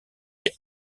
des